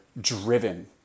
driven